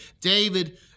David